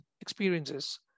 experiences